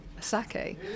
sake